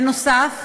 בנוסף,